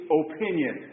opinion